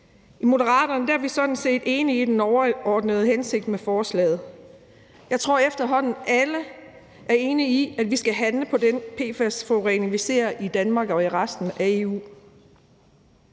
I Moderaterne er vi sådan set enige i den overordnede hensigt med forslaget. Jeg tror efterhånden, alle er enige i, at vi skal handle på den PFAS-forurening, vi ser i Danmark og i resten af EU.